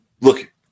look